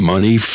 Money